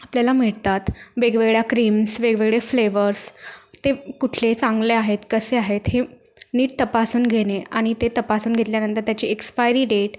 आपल्याला मिळतात वेगवेगळ्या क्रीम्स वेगवेगळे फ्लेवर्स ते कुठले चांगले आहेत कसे आहेत हे नीट तपासून घेणे आणि ते तपासून घेतल्यानंतर त्याची एक्स्पायरी डेट